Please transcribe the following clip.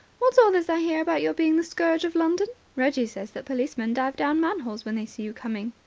what's all this i hear about your being the scourge of london? reggie says that policemen dive down manholes when they see you coming.